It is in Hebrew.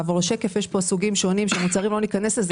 בשקף הזה יש סוגים שונים של מוצרים אבל לא ניכנס לזה.